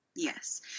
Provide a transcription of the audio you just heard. Yes